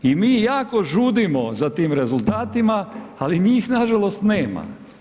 I mi jako žudimo za tim rezultatima ali njih nažalost nema.